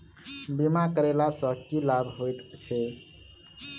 बीमा करैला सअ की लाभ होइत छी?